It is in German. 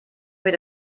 wird